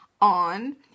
on